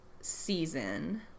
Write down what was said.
season